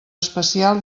especial